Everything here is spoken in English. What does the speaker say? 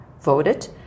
voted